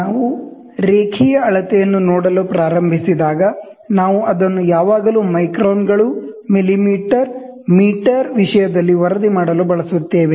ನಾವು ರೇಖೀಯ ಅಳತೆಯನ್ನು ನೋಡಲು ಪ್ರಾರಂಭಿಸಿದಾಗ ನಾವು ಅದನ್ನು ಯಾವಾಗಲೂ ಮೈಕ್ರಾನ್ ಗಳು ಮಿಲಿಮೀಟರ್ ಮೀಟರ್ ವಿಷಯದಲ್ಲಿ ವರದಿ ಮಾಡಲು ಬಳಸುತ್ತೇವೆ